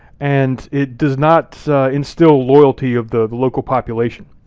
and it does not instill loyalty of the local population.